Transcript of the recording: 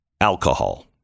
alcohol